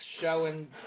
showing